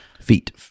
feet